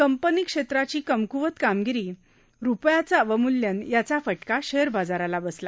company क्षेत्राची कमक्वत कामगिरी रुपयाचं अवमूल्यन याचा फटका शेअर बाजाराला बसला